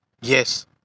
yes